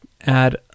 add